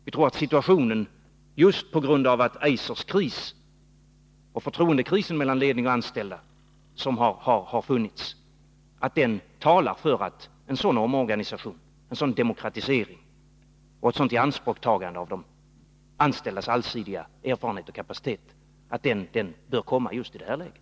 Vi tror att just den förtroendekris som funnits mellan ledningen och de anställda talar för att en sådan omorganisation, en sådan demokratisering och ett sådant ianspråktagande av de anställdas allsidiga erfarenhet och kapacitet bör komma just i det här läget.